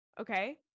okay